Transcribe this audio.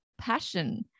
passion